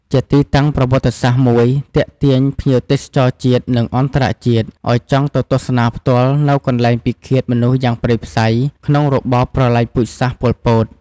ជាទីតាំងប្រវត្តិសាស្ត្រមួយទាក់ទាញភ្ញៀវទេសចរជាតិ និងអន្តរជាតិឲ្យចង់ទៅទស្សនាផ្ទាល់នូវកន្លែងពិឃាដមនុស្សយ៉ាងព្រៃផ្សៃ ក្នុងរបបប្រល័យពូជសាសន៍ប៉ុលពត។